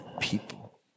people